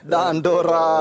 Dandora